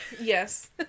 yes